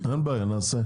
בסדר, אין בעיה, נעשה.